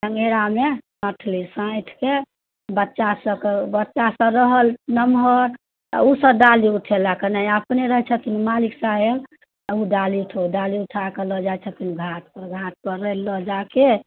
चङ्गेरामे साँठली साँठिके बच्चासबके बच्चासब रहल नम्हर तऽ ओसब डाली उठेलक नहि अपने रहै छथिन मालिक साहेब तऽ ओ डाली उठेलथि डाली उठाकऽ लऽ जाइ छथिन घाटपर घाटपर लऽ जाकऽ